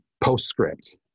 postscript